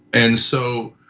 and so